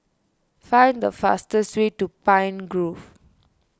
find the fastest way to Pine Grove